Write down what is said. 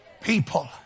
people